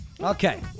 Okay